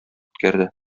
үткәрде